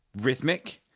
rhythmic